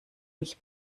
mich